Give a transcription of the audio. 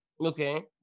Okay